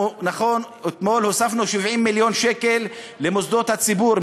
אתמול הוספנו 70 מיליון שקל למוסדות הציבור,